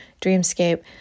Dreamscape